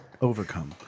Overcome